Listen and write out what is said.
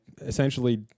essentially